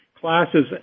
classes